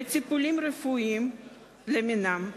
בטיפולים רפואיים למיניהם.